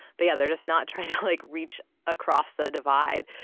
but yeah, they're just not trying to like reach across the divide.